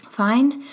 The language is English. Find